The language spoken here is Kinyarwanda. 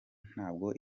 ntabwo